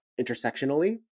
intersectionally